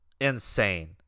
insane